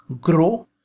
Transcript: grow